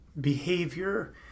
behavior